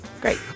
great